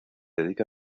dedica